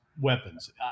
weapons